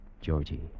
Georgie